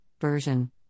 Version